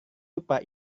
lupa